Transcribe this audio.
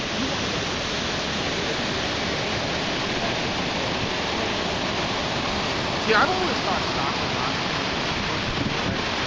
you wanna get my creative directors at vayner, production people, brands to be like, we need jimmy see i've always thought stock photography should work the other way,